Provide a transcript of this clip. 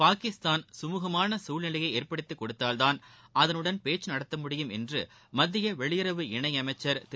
பாகிஸ்தான் சுமூகமான சூழ்நிலையய ஏற்படுத்திக் கொடுத்தால் தான் அதனுடன் பேச்சு நடத்த முடியும் என்று மத்திய வெளியுறவு இணையமைச்சர் திரு